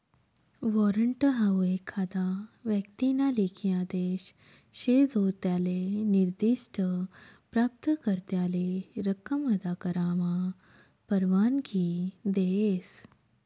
warrant हाऊ एखादा व्यक्तीना लेखी आदेश शे जो त्याले निर्दिष्ठ प्राप्तकर्त्याले रक्कम अदा करामा परवानगी देस